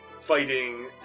fighting